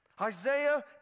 Isaiah